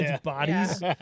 bodies